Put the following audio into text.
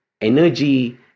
energy